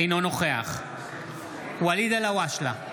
אינו נוכח ואליד אלהואשלה,